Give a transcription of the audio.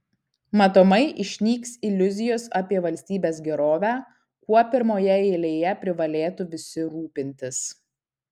matomai išnyks iliuzijos apie valstybės gerovę kuo pirmoje eilėje privalėtų visi rūpintis